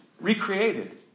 recreated